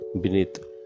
beneath